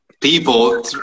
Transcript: people